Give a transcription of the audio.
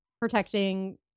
protecting